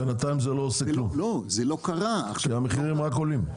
בינתיים זה לא עושה כלום, כי המחירים רק עולים.